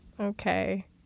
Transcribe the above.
Okay